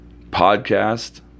podcast